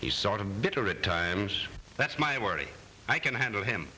he's sort of bitter at times that's my worry i can handle him